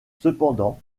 cependant